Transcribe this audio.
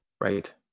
Right